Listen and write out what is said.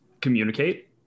communicate